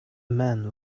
man